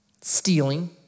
Stealing